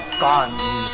gone